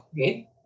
okay